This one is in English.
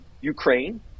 Ukraine